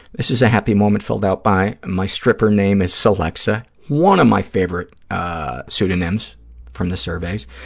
this is a happy moment filled out by my stripper name is celexa, one of my favorite pseudonyms from the surveys,